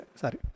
sorry